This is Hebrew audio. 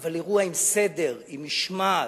אבל אירוע עם סדר ועם משמעת.